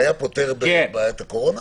זה היה פותר את הבעיה שלנו בקורונה?